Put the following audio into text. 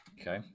okay